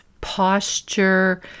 posture